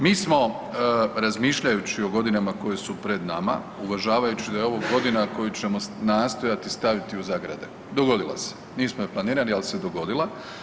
Mi smo razmišljajući o godinama koje su pred nama, uvažavajući da je ovo godina koju ćemo nastojati staviti u zagrade, dogodila se, nismo ju planirali, ali se dogodila.